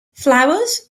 flowers